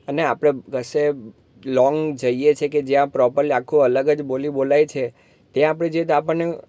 અને આપણે કશે લોંગ જઈએ છીએ કે જ્યાં પ્રોપરલી આખું અલગ જ બોલી બોલાય છે ત્યાં આપણે જઈએ તો આપણને